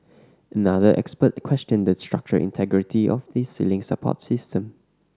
another expert questioned the structural integrity of the ceiling support system